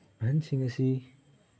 ꯑꯍꯟꯁꯤꯡ ꯑꯁꯤ